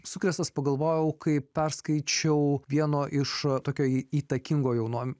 sukrėstas pagalvojau kai perskaičiau vieno iš tokio įtakingo jau nuo